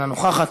אינה נוכחת,